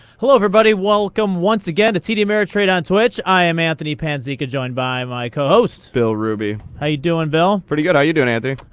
hello, everybody. welcome once again to td ameritrade on twitch. i am anthony panzeca joined by my co-host. bill ruby. how are you doing, bill? pretty good. how are you doing, anthony?